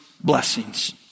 blessings